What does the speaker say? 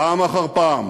פעם אחר פעם